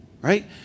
Right